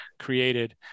created